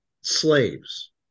slaves